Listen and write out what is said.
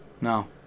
No